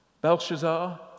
Belshazzar